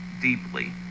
deeply